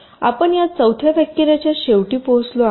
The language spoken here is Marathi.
आपण या चौथ्या व्याख्यानाच्या शेवटी पोहोचलो आहोत